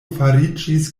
fariĝis